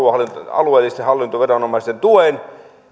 alueellisten hallintoviranomaisten tuen ja valtiolta jonkun